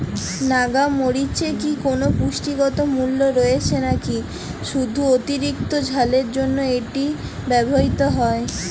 নাগা মরিচে কি কোনো পুষ্টিগত মূল্য রয়েছে নাকি শুধু অতিরিক্ত ঝালের জন্য এটি ব্যবহৃত হয়?